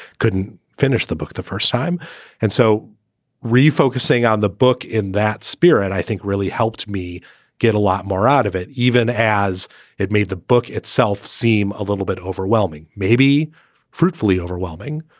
couldn't finish the book the first time and so refocusing on the book in that spirit, i think really helped me get a lot more out of it, even as it made the book itself seem a little bit overwhelming, maybe fruitfully overwhelming,